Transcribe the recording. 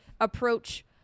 approach